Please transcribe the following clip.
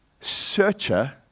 searcher